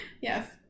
Yes